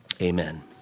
Amen